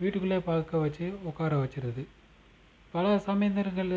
வீட்டுக்குள்ளே பார்க்க வச்சு உட்கார வச்சிருது பல சமயந்தர்கள்